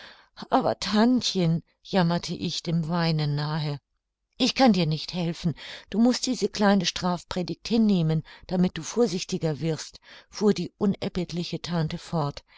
aber tantchen jammerte ich dem weinen nahe ich kann dir nicht helfen du mußt diese kleine strafpredigt hinnehmen damit du vorsichtiger wirst fuhr die unerbittliche tante fort